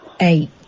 Eight